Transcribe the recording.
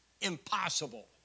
Impossible